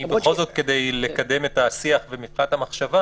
אם בכל זאת, כדי לקיים את השיח, זה